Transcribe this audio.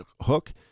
hook